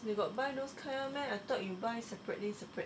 we've got